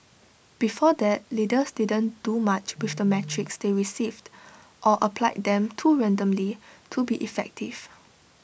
before that leaders didn't do much with the metrics they received or applied them too randomly to be effective